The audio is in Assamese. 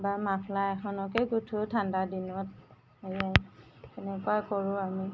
বা মাফলাৰ একখনকে গোঁঠো ঠাণ্ডা দিনত এনে এনেকুৱা কৰোঁ আমি